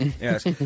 Yes